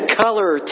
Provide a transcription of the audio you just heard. color